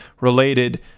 related